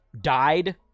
died